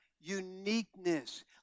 uniqueness